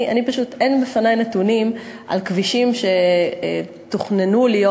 אין בפני נתונים על כבישים שתוכננו להיות